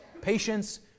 patience